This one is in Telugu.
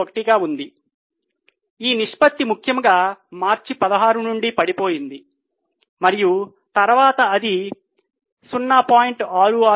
81 గా ఉంది ఈ నిష్పత్తి ముఖ్యంగా మార్చి 16 నుండి పడిపోయింది మరియు తరువాత అది 0